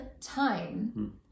time